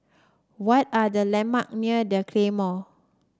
what are the landmark near The Claymore